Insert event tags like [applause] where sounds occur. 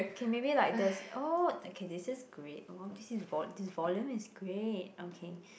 okay maybe like there's oh okay this is great [noise] this is vol~ this volume is great okay